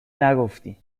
نگفتیم